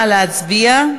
נא להצביע.